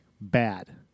bad